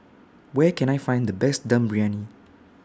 Where Can I Find The Best Dum Briyani